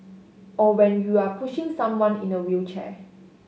or when you're pushing someone in a wheelchair